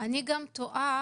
האם יש מחשבון